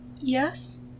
Yes